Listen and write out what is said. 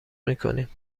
میکنیم